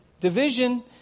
division